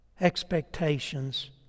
expectations